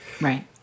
Right